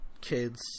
kid's